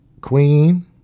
Queen